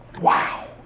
Wow